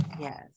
Yes